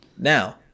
Now